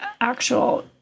actual